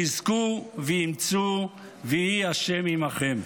חזקו ואמצו, ויהי השם עימכם.